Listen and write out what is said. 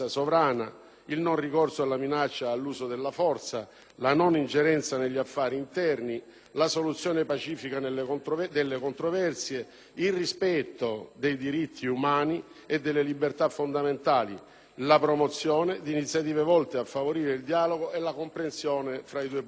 il non ricorso alla minaccia e all'uso della forza; la non ingerenza negli affari interni; la soluzione pacifica delle controversie; il rispetto dei diritti umani e delle libertà fondamentali; la promozione di iniziative volte a favorire il dialogo e la comprensione fra i due popoli.